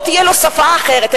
לא תהיה לו שפה אחרת,